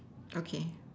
okay